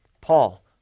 Paul